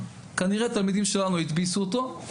כנראה שתלמידים שלנו הדפיסו אותו.